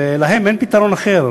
ולהם אין פתרון אחר.